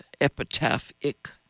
epitaphic